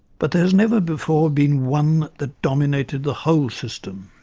but there has never before been one that dominated the whole system.